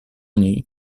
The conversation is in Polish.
niej